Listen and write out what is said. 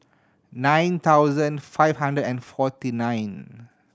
nine thousand five hundred and forty nine